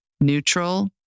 neutral